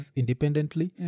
independently